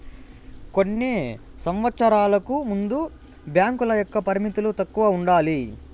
కొన్ని సంవచ్చరాలకు ముందు బ్యాంకుల యొక్క పరిమితులు తక్కువ ఉండాలి